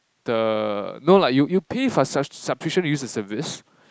the no lah you you pay for sub~ subscription to use the service